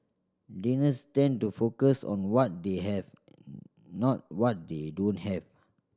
Danes tend to focus on what they have not what they don't have